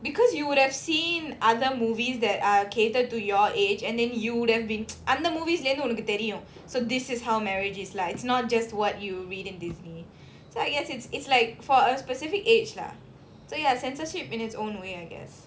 because you would have seen other movies that are catered to your age and then you would have been அந்த:antha movies leh இருந்து ஒனக்கு தெரியும்:irunthu onaku theriyum so this is how marriage is like it's not just what you read in Disney so I guess it's it's like for a specific age lah so ya censorship in its own way I guess